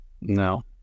No